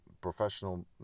professional